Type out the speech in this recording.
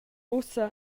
ussa